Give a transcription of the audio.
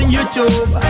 YouTube